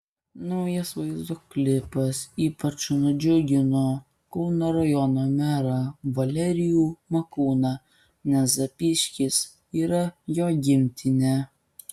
naujas vaizdo klipas ypač nudžiugino kauno rajono merą valerijų makūną nes zapyškis yra jo gimtinė